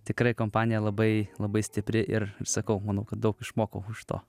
tikrai kompanija labai labai stipri ir sakau manau kad daug išmokau iš to